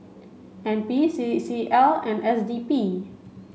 N P C C L and S D P